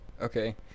Okay